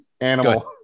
Animal